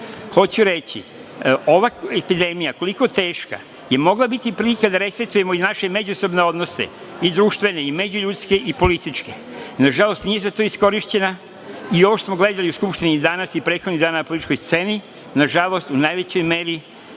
reći, ova epidemija koliko teška je mogla biti prilika da resetujemo i naše međusobne odnose, društvene, međuljudske i političke. Nažalost, nije za to iskorišćena i ovo što smo gledali u Skupštini danas i prethodnih dana na političkoj sceni, nažalost u najvećoj meri